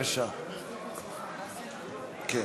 2156, 2171, 2182, 2185, 2189